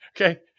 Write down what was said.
Okay